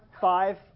five